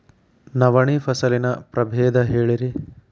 ನವಣಿ ಫಸಲಿನ ಪ್ರಭೇದ ಹೇಳಿರಿ